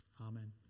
Amen